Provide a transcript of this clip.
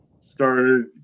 started